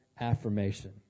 affirmation